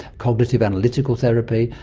cognitive analytical therapy.